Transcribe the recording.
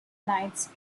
knights